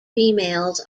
females